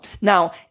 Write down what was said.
Now